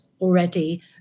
already